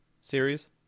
series